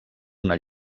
una